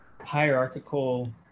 hierarchical